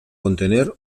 contener